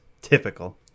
Typical